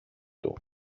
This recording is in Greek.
του